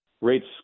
Rates